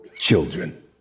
children